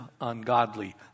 ungodly